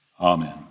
Amen